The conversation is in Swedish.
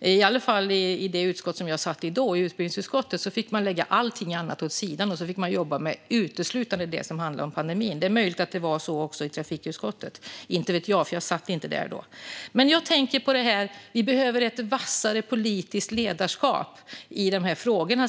Åtminstone i det utskott som jag då satt i, utbildningsutskottet, fick man lägga allt annat åt sidan och jobba uteslutande med sådant som handlade om pandemin. Det är möjligt att det var så också i trafikutskottet - jag vet inte, för jag satt inte i det utskottet då. Maria Stockhaus säger att vi behöver ett vassare politiskt ledarskap i de här frågorna.